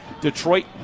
Detroit